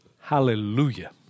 Hallelujah